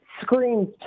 screams